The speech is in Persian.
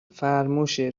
فرموشه